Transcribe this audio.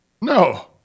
No